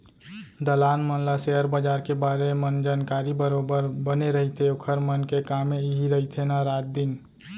दलाल मन ल सेयर बजार के बारे मन जानकारी बरोबर बने रहिथे ओखर मन के कामे इही रहिथे ना रात दिन